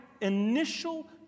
initial